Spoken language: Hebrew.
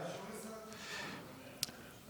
תפנו לקרעי, לא אליו.